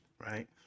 right